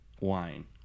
wine